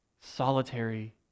solitary